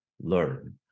learn